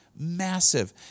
Massive